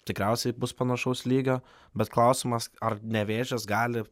tikriausiai bus panašaus lygio bet klausimas ar nevėžis gali